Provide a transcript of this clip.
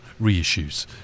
reissues